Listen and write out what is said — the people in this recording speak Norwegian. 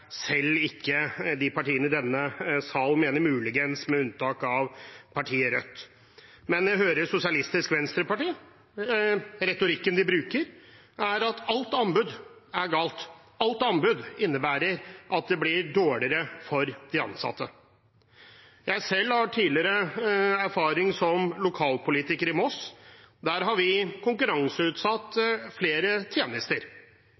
selv ikke disse partiene i denne sal mener, muligens med unntak av partiet Rødt. Men når jeg hører Sosialistisk Venstreparti og retorikken de bruker, er det at alt av anbud er galt, alt av anbud innebærer at det blir dårligere for de ansatte. Jeg har selv tidligere erfaring som lokalpolitiker i Moss. Der har vi konkurranseutsatt flere tjenester.